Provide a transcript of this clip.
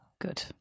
Good